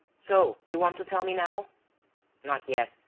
so, you want to tell me now not yet!